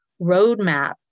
roadmap